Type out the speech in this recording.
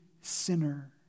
sinner